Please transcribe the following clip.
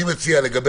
לגבי